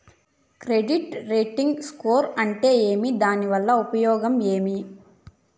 Credit rating score అంటే ఏమి దాని వల్ల ఉపయోగం ఏమి?